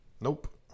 nope